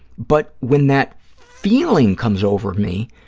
but when that feeling comes over me,